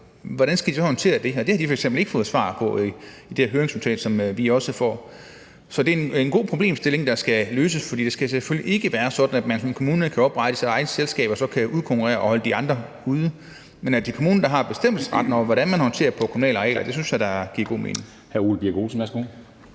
hvordan skal man så håndtere det? Det har de f.eks. ikke fået svar på i det her høringsnotat, som vi også får. Så det er en god problemstilling, der skal løses, for det skal selvfølgelig ikke være sådan, at man som kommune kan oprette et selskab og så kan udkonkurrere og holde de andre ude. Men at det er kommunen, der har bestemmelsesretten over, hvordan man håndterer det på kommunale arealer, synes jeg da giver god mening.